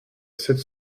sept